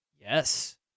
Yes